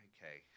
Okay